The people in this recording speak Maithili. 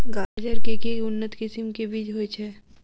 गाजर केँ के उन्नत किसिम केँ बीज होइ छैय?